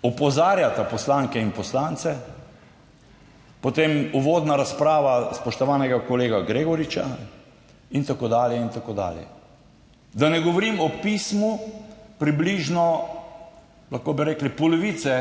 opozarjata poslanke in poslance, potem uvodna razprava spoštovanega kolega Gregoriča in tako dalje in tako dalje. Da ne govorim o pismu približno, lahko bi rekli, polovice